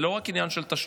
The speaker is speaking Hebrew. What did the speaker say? זה לא רק עניין של תשלומים,